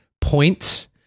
points